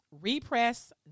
Repress